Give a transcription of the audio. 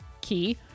key